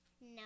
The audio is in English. No